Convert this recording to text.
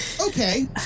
Okay